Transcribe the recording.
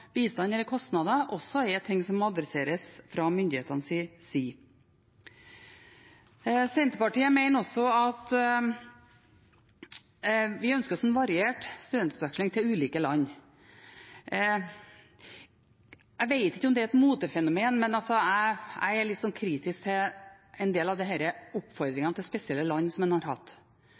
kostnader er ting som må adresseres fra myndighetenes side. Vi i Senterpartiet ønsker oss en variert studentutveksling til ulike land. Jeg vet ikke om det er et motefenomen, men jeg er litt kritisk til en del av de oppfordringene en har hatt til spesielle land. Jeg skjønner jo at det er noen i denne salen som